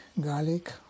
garlic